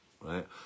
right